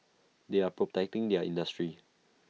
they are protecting their industry